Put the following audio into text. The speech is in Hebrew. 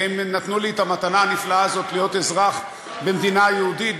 והם נתנו לי את המתנה הנפלאה הזאת להיות אזרח במדינה יהודית,